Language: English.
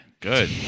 Good